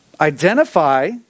identify